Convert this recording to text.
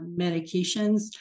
medications